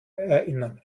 erinnern